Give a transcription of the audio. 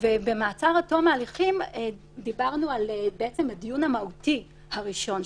במעצר עד תום ההליכים דיברנו על הדיון המהותי הראשון,